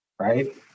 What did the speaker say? right